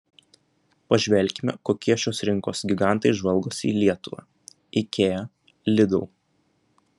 pažvelkime kokie šios rinkos gigantai žvalgosi į lietuvą ikea lidl